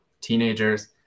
teenagers